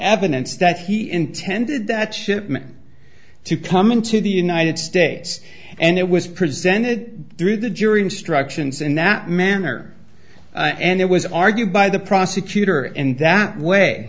evidence that he intended that shipment to come into the united states and it was presented through the jury instructions and that manner and it was argued by the prosecutor and that way